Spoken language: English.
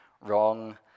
wrong